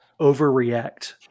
overreact